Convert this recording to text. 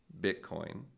Bitcoin